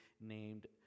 named